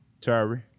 Terry